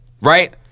right